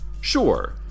Sure